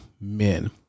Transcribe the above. men